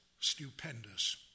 stupendous